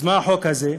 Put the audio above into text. אז מה החוק הזה?